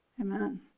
Amen